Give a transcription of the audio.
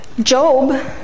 Job